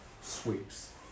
sweeps